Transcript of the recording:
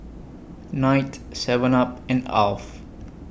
Knight Seven up and Alf